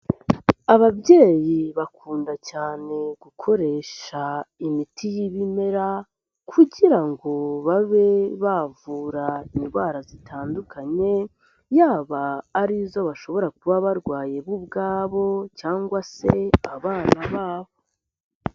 Ababyeyi bakunda cyane gukoresha imiti y'ibimera kugira ngo babe bavura indwara zitandukanye, yaba arizo bashobora kuba barwaye bo ubwabo cyangwa se abana babo.